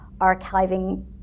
Archiving